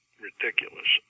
Ridiculous